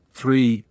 three